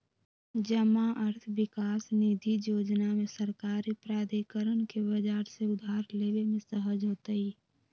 जमा अर्थ विकास निधि जोजना में सरकारी प्राधिकरण के बजार से उधार लेबे में सहज होतइ